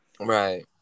right